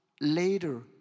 later